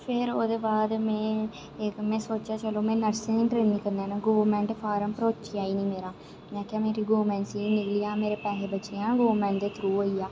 फिर् ओह्दे बाद में इक में सोचेआ चलो नर्स दी ट्रेनिंग करी लैन्नी गवर्नमेंट फार्म भरोचे ई नेईं मेरा में सोचेआ गवर्नमेंट सीट निकली जाह्ग मेरी मेरे पैसे बची जांह्गन पर फार्म भरोचेआ गै नेईं मेरा